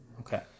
Okay